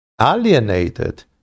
alienated